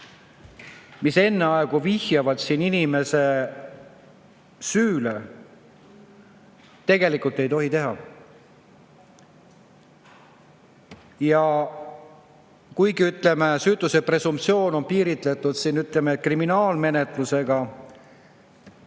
mis enneaegu vihjavad inimese süüle, tegelikult ei tohi teha. Ja kuigi, ütleme, süütuse presumptsioon on piiritletud, ütleme, kriminaalmenetlusega,